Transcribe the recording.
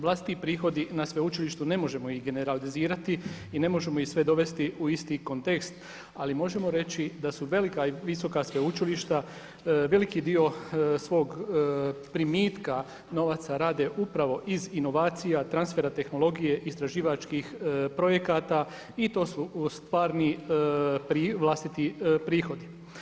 Vlastiti prihodi na sveučilištu ne možemo ih generalizirati i ne možemo ih sve dovesti u isti kontekst, ali možemo reći da su velika i visoka sveučilišta veliki dio svog primitka novaca rade upravo iz inovacija, transfera tehnologije, istraživačkih projekata i to su stvarni vlastiti prihodi.